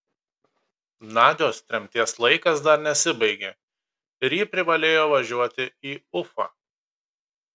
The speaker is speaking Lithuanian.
nadios tremties laikas dar nesibaigė ir ji privalėjo važiuoti į ufą